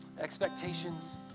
expectations